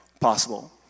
possible